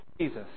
Jesus